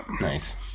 Nice